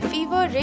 Fever